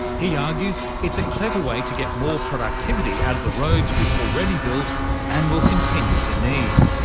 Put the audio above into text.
he argues it's a clever way to get more productivity out of the roads we've already built and will continue to need.